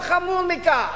אין דבר חמור מכך.